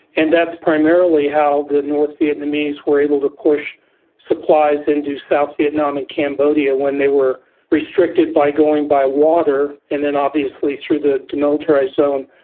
and that's primarily how the north vietnamese were able to push supplies into south vietnam and cambodia when they were restricted by going by water and then obviously through the demilitarised zone.